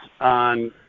on